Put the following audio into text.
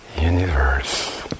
universe